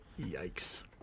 Yikes